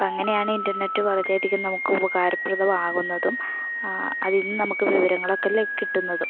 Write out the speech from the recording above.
അപ്പങ്ങനെയാണ് internet വളരെ അധികം നമുക്ക് ഉപകാരപ്രദമാകുന്നതും അതിൽ നിന്ന് നമുക്ക് വിവരങ്ങളൊക്കെ കിട്ടുന്നതും